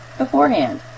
beforehand